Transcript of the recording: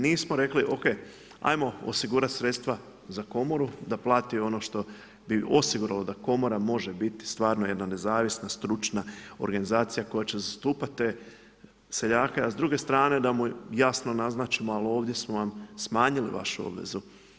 Nismo rekli OK, ajmo osigurati sredstva za Komoru da plati ono što bi osiguralo da Komora može biti stvarno jedna nezavisna stručna organizacija koja će zastupati te seljake, a s druge strane da mu jasno naznačimo, al ovdje smo vam smanjili vašu obvezu.